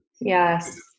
Yes